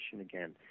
again